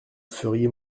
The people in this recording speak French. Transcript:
feriez